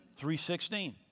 3.16